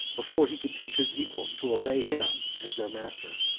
before he could teach his equals to obey him as their master.